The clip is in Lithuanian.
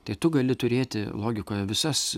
tai tu gali turėti logikoje visas